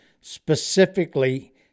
Specifically